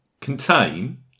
contain